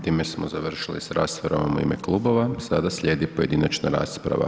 Time smo završili s raspravama u ime kluba, sada slijedi pojedinačna rasprava.